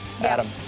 Adam